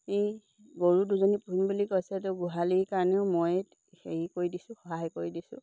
এই গৰু দুজনী পুহিম বুলি কৈছে এইটো গোহালিৰ কাৰণেও মই হেৰি কৰি দিছোঁ সহায় কৰি দিছোঁ